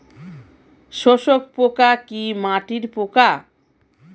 শোষক পোকা কি মাটির পোকা?